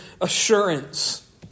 assurance